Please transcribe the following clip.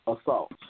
assault